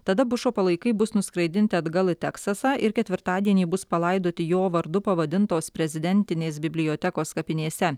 tada bušo palaikai bus nuskraidinti atgal į teksasą ir ketvirtadienį bus palaidoti jo vardu pavadintos prezidentinės bibliotekos kapinėse